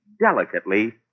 delicately